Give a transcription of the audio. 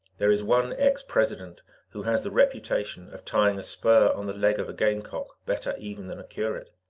there is one ex-president who has the reputation of tying a spur on the leg of a game-cock better even than a curate.